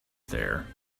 there